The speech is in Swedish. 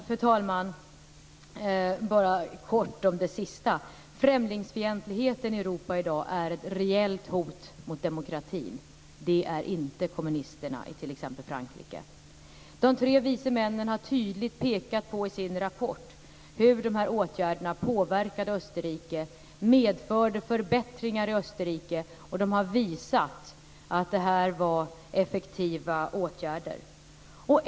Fru talman! Kortfattat om det sista: Främlingsfientligheten i Europa i dag är ett reellt hot mot demokratin. Det är inte kommunisterna i t.ex. Frankrike. "De tre vise männen" har i sin rapport tydligt pekat på hur dessa åtgärder påverkade Österrike och medförde förbättringar i Österrike, och de har visat att detta var effektiva åtgärder.